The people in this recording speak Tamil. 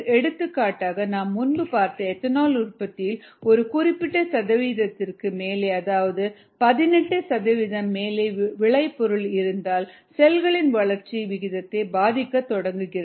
எடுத்துக்காட்டாக நாம் முன்பு பார்த்த எத்தனால் உற்பத்தியில் ஒரு குறிப்பிட்ட சதவீதத்திற்கு மேலே அதாவது 18 சதவிகிதம் மேலே விலை பொருள் இருந்தால் செல்களின் வளர்ச்சி விகிதத்தை பாதிக்கத் தொடங்குகிறது